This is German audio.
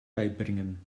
beibringen